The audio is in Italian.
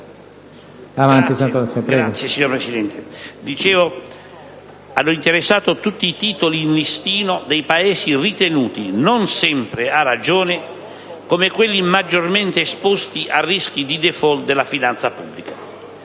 movimenti finanziari che hanno interessato tutti i titoli in listino dei Paesi ritenuti - non sempre a ragione - come quelli maggiormente esposti a rischi di *default* della finanza pubblica.